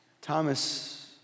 Thomas